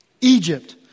Egypt